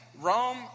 Rome